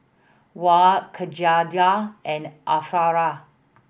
Wan Khadija and Arifa